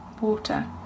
water